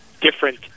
different